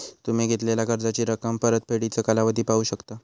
तुम्ही घेतलेला कर्जाची रक्कम, परतफेडीचो कालावधी पाहू शकता